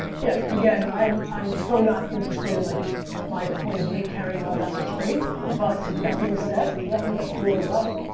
yeah again, i'm i'm so not interested in like my my point of view carrying all that much weight, but that being said, yeah i think that's really right.